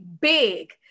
big